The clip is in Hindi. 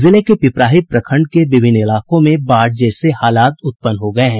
जिले के पिपराही प्रखंड के विभिन्न इलाकों में बाढ़ जैसे हालात उत्पन्न हो गये हैं